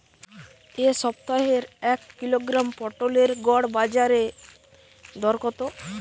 এ সপ্তাহের এক কিলোগ্রাম পটলের গড় বাজারে দর কত?